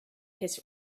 his